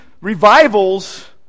revivals